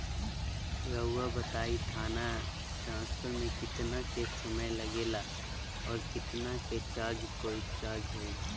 रहुआ बताएं थाने ट्रांसफर में कितना के समय लेगेला और कितना के चार्ज कोई चार्ज होई?